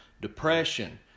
depression